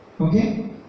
Okay